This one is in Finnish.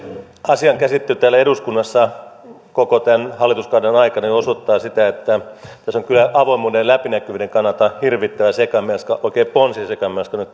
asian käsittely täällä eduskunnassa koko tämän hallituskauden aikana osoittaa sitä että tässä on kyllä avoimuuden ja läpinäkyvyyden kannalta hirvittävä sekamelska oikein ponsisekamelska